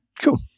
Cool